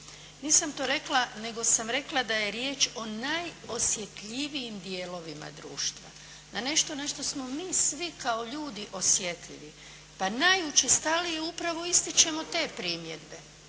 Nisam to rekla, nego sam rekla da je riječ o najosjetljivijim dijelovima društva. Na nešto na što smo mi svi kao ljudi osjetljivi. Pa najučestalije upravo ističemo te primjedbe